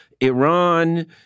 Iran